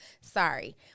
Sorry